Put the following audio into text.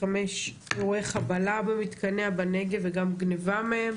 אירועי חבלה במתקניה בנגב וגם גניבה מהם,